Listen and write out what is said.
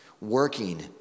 working